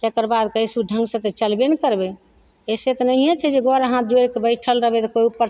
तकर बाद कैसहुँ ढङ्गसँ चलबे ने करबय ऐसे तऽ नहिये छै जे गोर हाथ जोड़ि कऽ बैठल रहबय तऽ कोइ उपरसँ